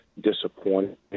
disappointed